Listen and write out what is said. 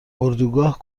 اردوگاه